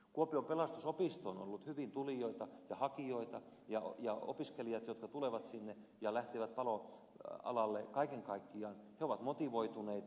kuopion pelastusopistoon on ollut hyvin tulijoita ja hakijoita ja opiskelijat jotka tulevat sinne ja lähtevät paloalalle kaiken kaikkiaan ovat motivoituneita